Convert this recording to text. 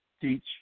teach